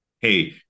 hey